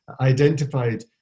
identified